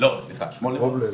כשמונה מאות חמישים.